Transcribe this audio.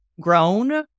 Grown